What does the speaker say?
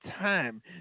time